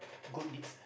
good deeds lah